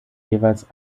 jeweils